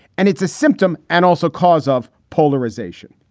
and it's a symptom and also cause of polarization.